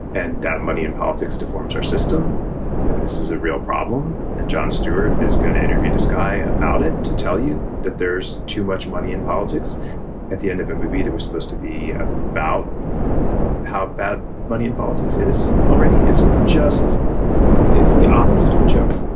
and that money in politics deforms our system. and this is a real problem. and jon stewart is going to interview this guy about it to tell you that there's too much money in politics at the end of a movie that was supposed to be ah about how bad money in politics is already. it's just it's the opposite of a joke.